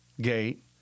gate